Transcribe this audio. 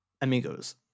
amigos